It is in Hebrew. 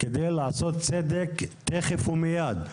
כדי לעשות צדק תיכף ומיד.